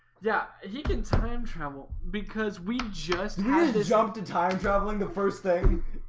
yeah, he can time travel because we just had to jump to time traveling the first thing